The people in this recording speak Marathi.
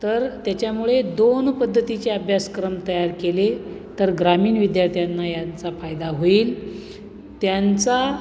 तर त्याच्यामुळे दोन पद्धतीचे अभ्यासक्रम तयार केले तर ग्रामीण विद्यार्थ्यांनी यांचा फायदा होईल त्यांचा